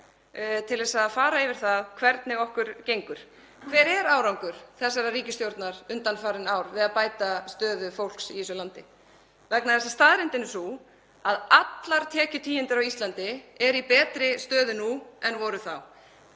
til að fara yfir það hvernig okkur gengur. Hver er árangur þessarar ríkisstjórnar undanfarin ár við að bæta stöðu fólks í þessu landi? Staðreyndin er sú að allar tekjutíundir á Íslandi eru í betri stöðu nú en voru þá.